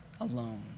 alone